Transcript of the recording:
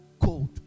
cold